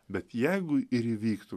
bet jeigu ir įvyktų